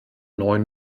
neuen